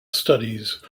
studies